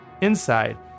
inside